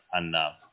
enough